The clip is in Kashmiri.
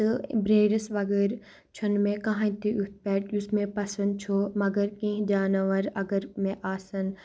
تہٕ بیٲرِس وغٲر چھُنہٕ مےٚ کاہِنۍ تہِ یُتھ پیٚٹ یُس مےٚ پَسنٛد چھُ مگر کینٛہہ جاناوار اگر مےٚ آسَن